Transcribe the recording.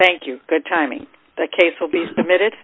thank you good timing the case will be submitted